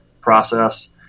process